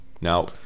now